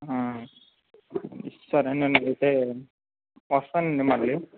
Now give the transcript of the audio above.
సరేనండి అయితే వస్తాను అండి మళ్ళీ